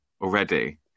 already